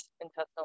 intestinal